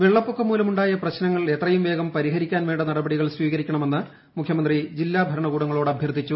വെള്ളപ്പൊക്കം മൂലമുണ്ടായ പ്രശ്നങ്ങൾ എത്രയും വേഗം പരിഹരിക്കാൻ് വേണ്ട നടപടികൾ സ്വീകരിക്കണമെന്ന് മുഖ്യമന്ത്രി ജില്ലാ ഭരണകൂടങ്ങളോട് ആവശ്യപ്പെട്ടു